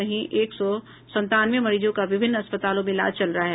वहीं एक सौ संतानवे मरीजों का विभिन्न अस्पतालों में इलाज चल रहा है